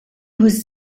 was